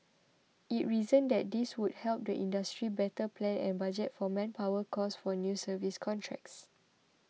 it reasoned that this would help the industry better plan and budget for manpower costs for new service contracts